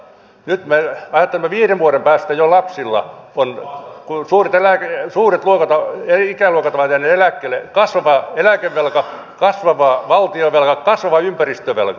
nyt kun me ajattelemme viiden vuoden päähän niin silloin jo lapsilla on kun suuret ikäluokat ovat jääneet eläkkeelle kasvava eläkevelka kasvava valtionvelka kasvava ympäristövelka